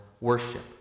worship